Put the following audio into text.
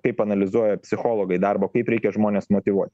kaip analizuoja psichologai darbo kaip reikia žmones motyvuot